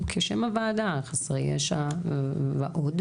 כשם הוועדה, חסרי ישע ועוד.